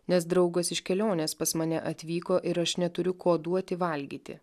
nes draugas iš kelionės pas mane atvyko ir aš neturiu ko duoti valgyti